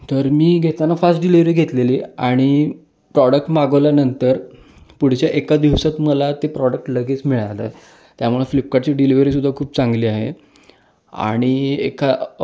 तर मी घेताना फास्ट डिलिवरी घेतलेली आणि प्रॉडक्ट मागवल्यानंतर पुढच्या एका दिवसात मला ते प्रॉडक्ट लगेच मिळालं त्यामुळ फ्लिपकार्टची डिलिव्हरीसुद्धा खूप चांगली आहे आणि एका